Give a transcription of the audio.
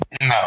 No